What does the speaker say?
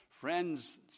Friends